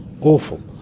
Awful